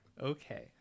Okay